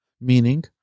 Meaning